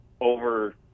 over